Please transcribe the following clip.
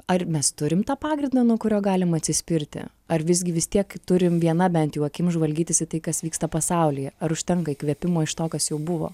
ar mes turim tą pagrindą nuo kurio galim atsispirti ar visgi vis tiek turim viena bent jau akim žvalgytis į tai kas vyksta pasaulyje ar užtenka įkvėpimo iš to kas jau buvo